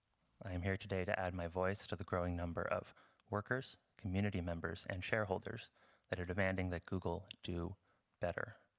i am here today to add my voice to the growing number of workers, community members, and shareholders that are demanding that google do better.